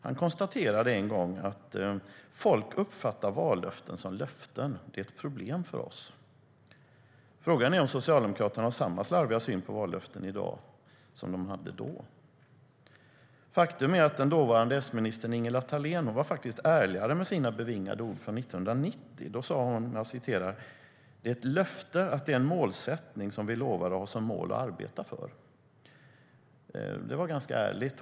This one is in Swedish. Han konstaterade en gång: Folk uppfattar vallöften som löften. Det är ett problem för oss. Frågan är om Socialdemokraterna har samma slarviga syn på vallöften i dag som de hade då. Faktum är att dåvarande S-ministern Ingela Thalén var ärligare med sina bevingade ord från 1990. Hon sa: Det är ett löfte att det är en målsättning som vi lovar att ha som mål att arbeta för. Det var ganska ärligt.